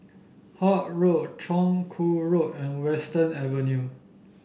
Holt Road Chong Kuo Road and Western Avenue